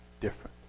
different